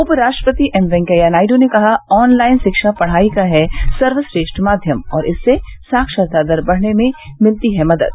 उपराष्ट्रपति एम वैंकैया नायडू ने कहा ऑन लाइन शिक्षा पढ़ाई का है सर्वश्रेष्ठ माध्यम और इससे साक्षरता दर बढ़ाने में मिलती है मदद